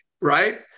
right